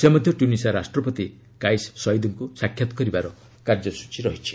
ସେ ମଧ୍ୟ ଟ୍ୟୁନିସିଆ ରାଷ୍ଟ୍ରପତି କାଇସ୍ ସଇଦ୍ଙ୍କୁ ସାକ୍ଷାତ କରିବାର କାର୍ଯ୍ୟସ୍ଚୀ ରହିଛି